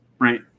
right